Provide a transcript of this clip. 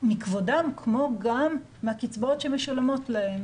מכבודם כמו גם מהקצבאות שמשולמות להם.